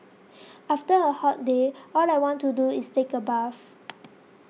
after a hot day all I want to do is take a bath